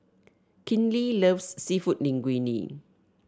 Kinley loves seafood Linguine